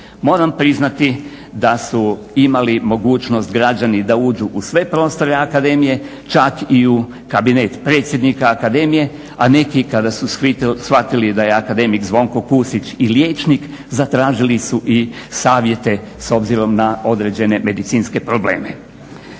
Moram priznati da su imali mogućnost građani da uđu u sve prostore akademije, čak i u kabinet predsjednika akademije, a neki kada su shvatili da je akademik Zvonko Kusić i liječnik zatražili su i savjete s obzirom na određene medicinske probleme.